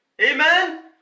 Amen